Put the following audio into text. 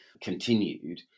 continued